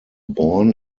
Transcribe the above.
born